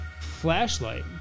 flashlight